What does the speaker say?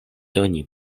doni